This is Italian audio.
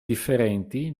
differenti